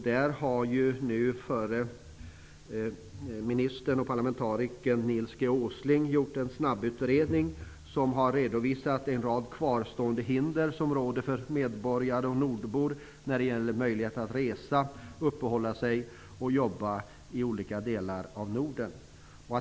Förre ministern och parlamentarikern Nils G. Åsling har gjort en snabbutredning som har redovisat en rad kvarstående hinder för medborgare och nordbor när det gäller möjligheten att resa, uppehålla sig och jobba i olika delar av Norden.